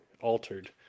altered